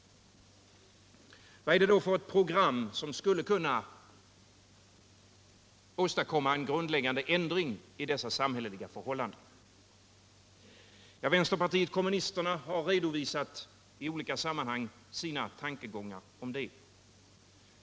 Vad är det då för program som skulle kunna åstadkomma en grundläggande ändring av dessa samhälleliga förhållanden? Vänsterpartiet kommunisterna har i olika sammanhang redovisat sina tankegångar om det.